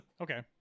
okay